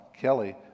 Kelly